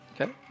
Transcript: Okay